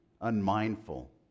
unmindful